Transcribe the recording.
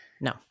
No